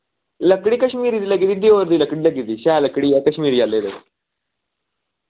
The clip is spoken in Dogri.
लकड़ी कश्मीरी दी लग्गी दी देओर दी लकड़ी लग्गी दी शैल लकड़ी ऐ कश्मीरी